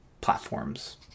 platforms